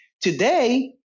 Today